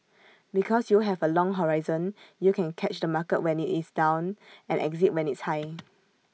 because you have A long horizon you can catch the market when IT is down and exit when it's high